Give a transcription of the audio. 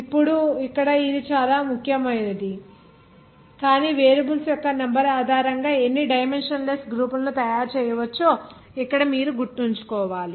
ఇప్పుడు ఇక్కడ ఇది చాలా ముఖ్యమైనది కానీ వేరియబుల్స్ యొక్క నంబర్ ఆధారంగా ఎన్ని డైమెన్షన్ లెస్ గ్రూపులను తయారు చేయవచ్చో ఇక్కడ మీరు గుర్తుంచుకోవాలి